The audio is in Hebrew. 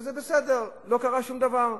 וזה בסדר, לא קרה שום דבר.